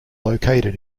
located